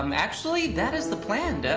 um actually, that is the plan, dad.